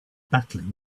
battling